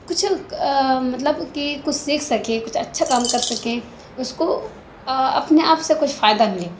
کچھ مطلب کہ کچھ سیکھ سکیں کچھ اچھا کام کر سکیں اس کو اپنے آپ سے کچھ فائدہ ملے